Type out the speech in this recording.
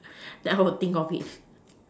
that I will think of it